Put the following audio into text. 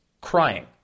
crying